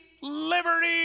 liberty